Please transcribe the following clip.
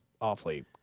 awfully